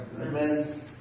Amen